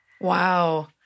Wow